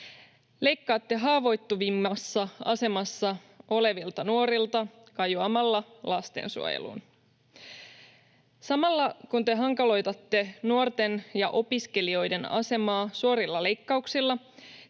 Leikkaatte haavoittuvimmassa asemassa olevilta nuorilta kajoamalla lastensuojeluun. Samalla kun te hankaloitatte nuorten ja opiskelijoiden asemaa suorilla leikkauksilla,